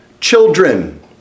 children